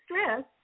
stress